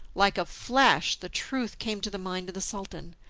like a flash the truth came to the mind of the sultan.